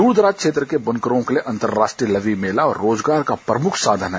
दर दराज क्षेत्र के बुनकरों के लिए अंतर्राष्ट्रीय लवी मेला रोजगार का प्रमुख साधन है